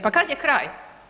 Pa kad je kraj?